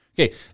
okay